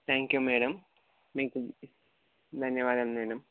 thank you madam మీకు ధన్యవాదాలు madam